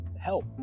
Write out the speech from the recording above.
help